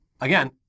again